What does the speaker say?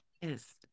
yes